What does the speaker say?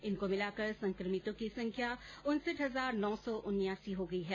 इनको मिलाकर संक्रमितों की संख्या उनसठ हजार नौ सौ उन्यासी हो गई है